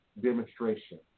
demonstration